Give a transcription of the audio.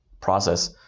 process